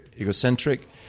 egocentric